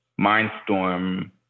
Mindstorm